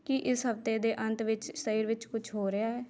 ਕੀ ਇਸ ਹਫ਼ਤੇ ਦੇ ਅੰਤ ਵਿੱਚ ਸ਼ਹਿਰ ਵਿੱਚ ਕੁਛ ਹੋ ਰਿਹਾ ਹੈ